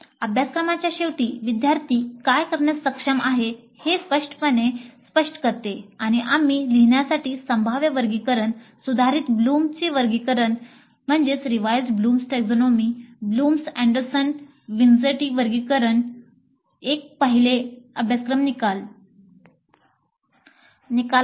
अभ्यासक्रमाच्या शेवटी विद्यार्थी काय करण्यास सक्षम आहे हे स्पष्टपणे स्पष्ट करते आणि आम्ही लिहिण्यासाठी संभाव्य वर्गीकरण "सुधारित ब्लूमची वर्गीकरण" एक पाहिले अभ्यासक्रमाचे निकाल आहे